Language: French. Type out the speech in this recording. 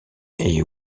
est